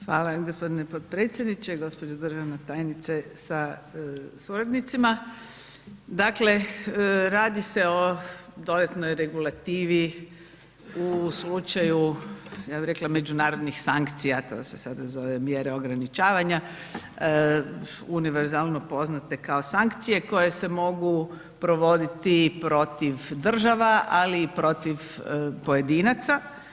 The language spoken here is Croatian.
Hvala g. potpredsjedniče, gđo. državna tajnice sa suradnicima, dakle, radi se o dodatnoj regulativi u slučaju, ja bih rekla međunarodnih sankcija, to se sada zove mjere ograničavanja, univerzalno poznate kao sankcije koje se mogu provoditi protiv država, ali i protiv pojedinaca.